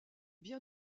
bien